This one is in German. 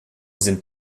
sind